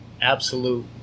absolute